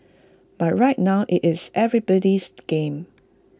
but right now IT is everybody's game